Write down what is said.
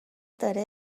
داره